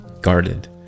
guarded